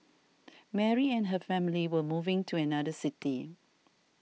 Mary and her family were moving to another city